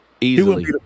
easily